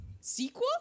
sequel